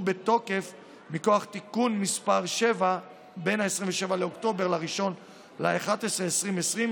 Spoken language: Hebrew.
בתוקף מכוח תיקון מס' 7 בין 27 באוקטובר ל-1 בנובמבר 2020,